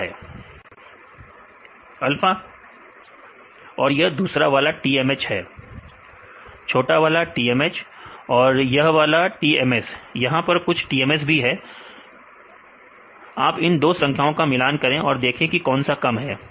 विद्यार्थी alpha TMH ठीक है क्या दूसरा वाला TMH है यहां पर कुछ TMS भी है क्योंकि कम है आप इन दो संख्याओं का मिलान करें और देखें कि कौन सा कम है